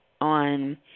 on